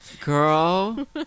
Girl